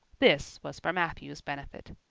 this was for matthew's benefit.